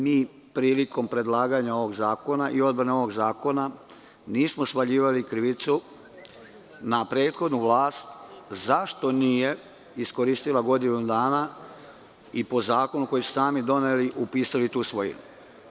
Ni prilikom predlaganja i odbrane ovog zakona nismo svaljivali krivicu na prethodnu vlast zašto nije iskoristila godinu dana i po zakonu koji su sami doneli upisali tu svojinu.